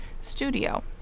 studio